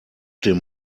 dem